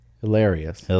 hilarious